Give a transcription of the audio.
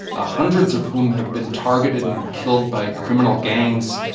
ah hundreds of whom have been targeted and and killed by criminal gangs.